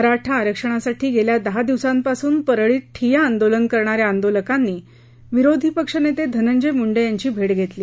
मराठा आरक्षणासाठी गेल्या दहा दिवसापासून परळीत ठिया आंदोलन करणाऱ्या आंदोलकांची विरोधीपक्ष नेते धनंजय मुंडे यांनी भेट घेतली